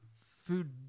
food